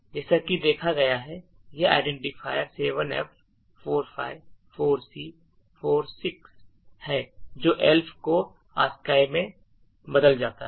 जैसा कि देखा गया है यह identifier 7f 45 4c 46 है जो elf को ASCII में बदल जाता है